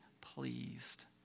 pleased